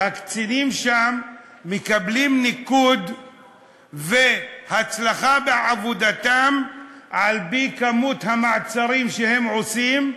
שהקצינים מקבלים ניקוד על הצלחה בעבודתם על-פי כמות המעצרים שהם עושים,